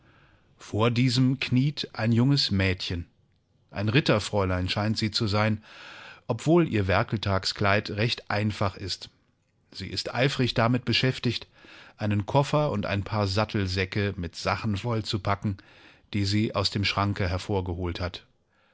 vor diesem kniet ein junges mädchen ein ritterfräulein scheint sie zu sein obwohl ihr werkeltagskleid recht einfach ist sie ist eifrig damit beschäftigt einen koffer und ein paar sattelsäcke mit sachen voll zu packen die sie aus dem schranke hervorgeholt hat